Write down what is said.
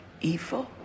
Evil